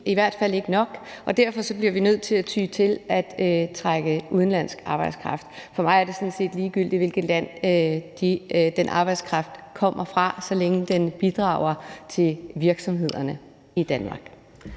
i hvert fald ikke nok, og derfor bliver vi nødt til at ty til at tiltrække udenlandsk arbejdskraft. For mig er det sådan set ligegyldigt, hvilket land den arbejdskraft kommer fra, så længe den bidrager til virksomhederne i Danmark.